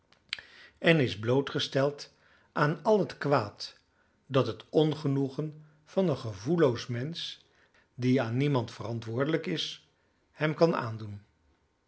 en is blootgesteld aan al het kwaad dat het ongenoegen van een gevoelloos mensch die aan niemand verantwoordelijk is hem kan aandoen